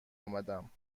آمدم